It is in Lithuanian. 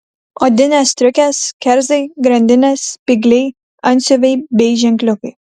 odinės striukės kerzai grandinės spygliai antsiuvai bei ženkliukai